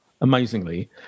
amazingly